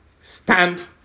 stand